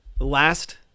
last